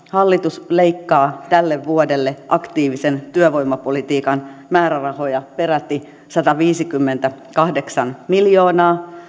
hallitus leikkaa tälle vuodelle aktiivisen työvoimapolitiikan määrärahoja peräti sataviisikymmentäkahdeksan miljoonaa